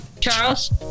charles